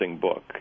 book